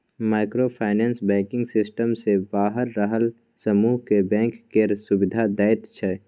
micro finance banking system सँ बाहर रहल समुह केँ बैंक केर सुविधा दैत छै